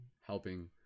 helping